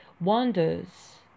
wonders